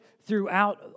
throughout